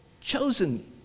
chosen